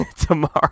Tomorrow